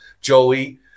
Joey